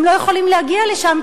הם לא יכולים להגיע לשם,